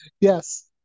Yes